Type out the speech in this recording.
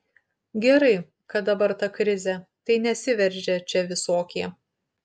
gerai kad dabar ta krizė tai nesiveržia čia visokie